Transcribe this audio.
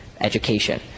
education